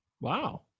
Wow